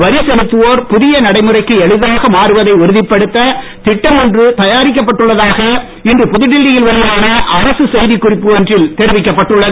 வரி செலுத்துவோர் புதிய நடைமுறைக்கு எளிதாக மாறுவதை உறுதிப்படுத்த திட்டம் ஒன்று தயாரிக்கப் பட்டுள்ளதாக இன்று புதுடில்லி யில் வெளியான அரசு செய்திக்குறிப்பு ஒன்றில் தெரிவிக்கப்பட்டுள்ளது